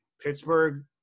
Pittsburgh